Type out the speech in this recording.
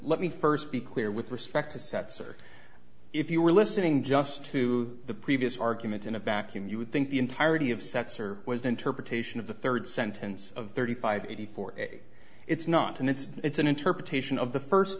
let me first be clear with respect to sets or if you were listening just to the previous argument in a vacuum you would think the entirety of sex or was the interpretation of the third sentence of thirty five eighty four it's not and it's an interpretation of the first